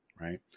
right